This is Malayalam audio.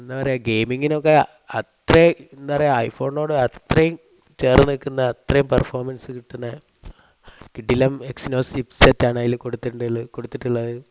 എന്നാ പറയുക ഗെയിമിങ്ങിനൊക്കെ അത്രയും എന്താ പറയുവാ ഐ ഫോൺ നോട് അത്രയും ചേർന്നു നിൽക്കുന്ന അത്രയും പെർഫോമൻസ് കിട്ടുന്ന കിടിലം സിബ്സെറ് ആണ് അതിൽ കൊടുത്തിട്ടുണ്ടത് കൊടുത്തിട്ടുള്ളത്